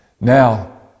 Now